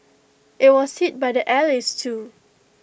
IT was hit by the allies too